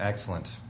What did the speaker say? Excellent